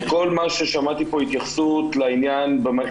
בכל מה ששמעתי פה התייחסות לעניין מערכת